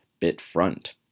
BitFront